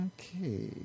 Okay